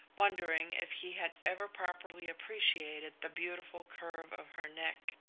wondering if he had ever properly appreciated the beautiful curve of her neck.